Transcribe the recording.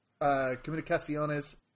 Comunicaciones